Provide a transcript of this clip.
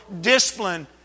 discipline